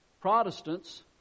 protestants